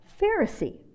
Pharisee